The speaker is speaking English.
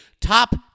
Top